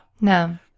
No